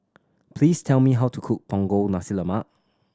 please tell me how to cook Punggol Nasi Lemak